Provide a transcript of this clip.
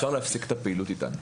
אפשר להפסיק את הפעילות איתן,